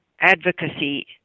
advocacy